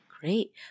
Great